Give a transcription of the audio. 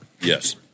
Yes